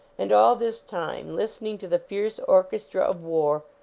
and all this time, listening to the fierce orchestra of war,